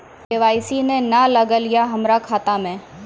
KYC ने न लागल या हमरा खाता मैं?